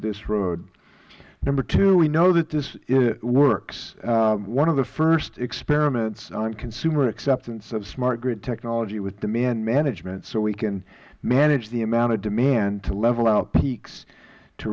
this road number two we know that this works one of the first experiments on consumer acceptance of smart grid technology with demand management so we can manage the amount of demand to level out peaks to